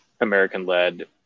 American-led